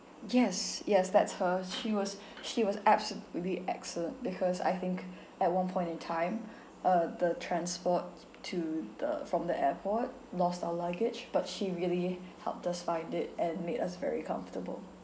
yes yes that's her she was she was absolutely excellent because I think at one point in time uh the transport to the from the airport lost our luggage but she really helped us find it and made us very comfortable